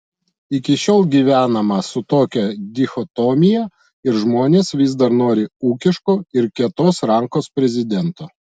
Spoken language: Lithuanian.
iki šiol gyvenama su tokia dichotomija ir žmonės vis dar nori ūkiško ir kietos rankos prezidento